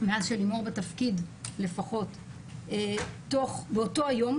מאז שלימור בתפקיד, באותו היום.